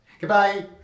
Goodbye